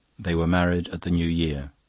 they were married at the new year.